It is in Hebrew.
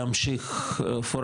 להמשיך לעד,